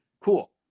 cool